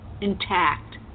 intact